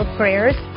prayers